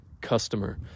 customer